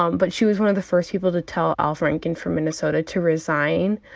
um but she was one of the first people to tell al franken from minnesota to resign.